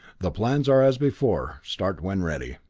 the plans are as before. start when ready.